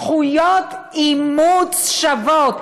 זכויות אימוץ שוות.